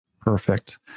perfect